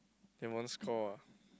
score ah